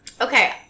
okay